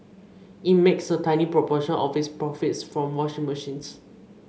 it makes a tiny proportion of its profits from washing machines